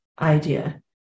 idea